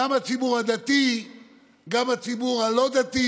גם הציבור הדתי וגם הציבור הלא-דתי.